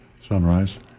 Sunrise